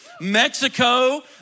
Mexico